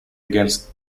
against